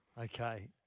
Okay